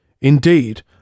Indeed